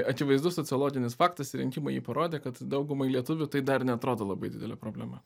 akivaizdu sociologinis faktas rinkimai jį parodė kad daugumai lietuvių tai dar neatrodo labai didelė problema